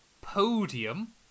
podium